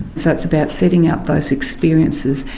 so it's about setting up those experiences,